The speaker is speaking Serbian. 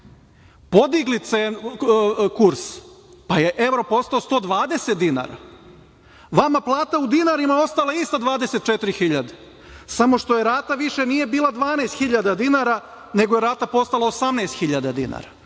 podigli kurs pa je evro postao 120 dinara, vama plata u dinarima ostala ista 24 hiljade, samo što rata više nije bila 12 hiljada dinara, nego je rata postala 18 hiljada